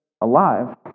alive